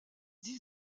dix